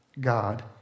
God